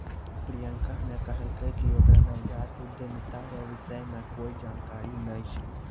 प्रियंका ने कहलकै कि ओकरा नवजात उद्यमिता रो विषय मे कोए जानकारी नै छै